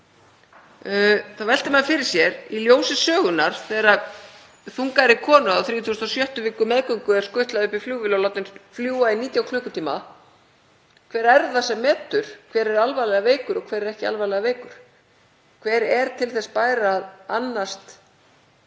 Þá veltir maður fyrir sér í ljósi sögunnar, þegar þungaðri konu á 36. viku meðgöngu er skutlað upp í flugvél og hún látin fljúga í 19 klukkutíma, hver er það sem metur hver er alvarlega veikur og hver er ekki alvarlega veikur, hver er til þess bær að annast